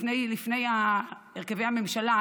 לפני הרכבת הממשלה,